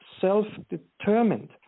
self-determined